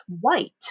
white